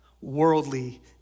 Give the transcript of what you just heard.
worldly